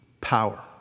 power